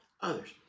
others